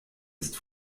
ist